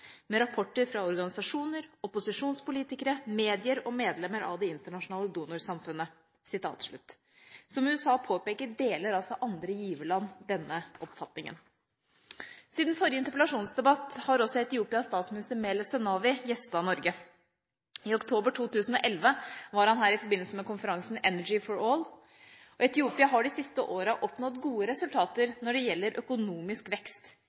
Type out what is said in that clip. med rapporter fra organisasjoner, opposisjonspolitikere, medier og medlemmer av det internasjonale donorsamfunnet.» Som USA påpeker, deler altså andre giverland denne oppfatningen. Siden forrige interpellasjonsdebatt har også Etiopias statsminister Meles Zenawi gjestet Norge. I oktober 2011 var han her i forbindelse med konferansen «Energy for all». Etiopia har de siste årene oppnådd gode resultater når det gjelder økonomisk vekst.